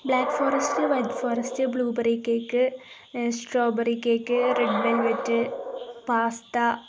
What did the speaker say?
black forest white forest blueberry cake strawberry cake red velvet pasta